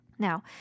Now